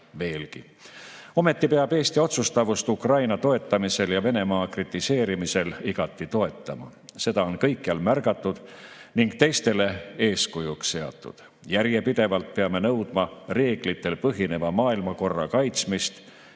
Ometi peab Eesti otsustavust Ukraina toetamisel ja Venemaa kritiseerimisel igati toetama. Seda on kõikjal märgatud ning teistele eeskujuks seatud. Järjepidevalt peame nõudma reeglitel põhineva maailmakorra kaitsmist